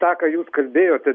tą ką jūs kalbėjote